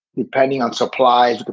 depending on supplies. but